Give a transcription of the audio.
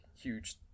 huge